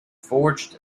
forged